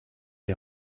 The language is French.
est